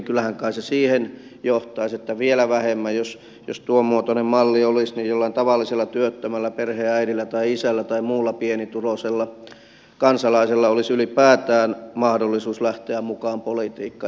kyllähän kai se siihen johtaisi että vielä vähemmän jos tuon muotoinen malli olisi jollain tavallisella työttömällä perheenäidillä tai isällä tai muulla pienituloisella kansalaisella olisi ylipäätään mahdollisuus lähteä mukaan politiikkaan ja ehdokkaaksi